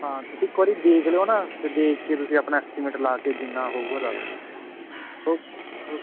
ਹਾਂ ਤੁਸੀਂ ਇੱਕ ਵਾਰੀ ਦੇਖ ਲਿਓ ਨਾ ਫਿਰ ਦੇਖ ਕੇ ਤੁਸੀਂ ਆਪਣਾ ਐਸਟੀਮੇਟ ਲਾ ਕੇ ਜਿੰਨਾ ਹੋਊਗਾ ਦੱਸ ਦਿਓ ਓਕੇ ਜੀ ਓਕੇ